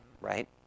right